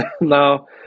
No